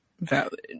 valid